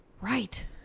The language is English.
Right